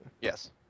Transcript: yes